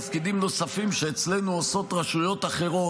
תפקידים נוספים שאצלנו עושות רשויות אחרות,